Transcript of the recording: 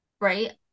right